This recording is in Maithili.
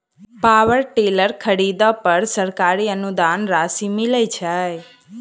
पावर टेलर खरीदे पर सरकारी अनुदान राशि मिलय छैय?